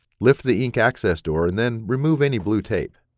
lift the ink access door and then remove any blue tape.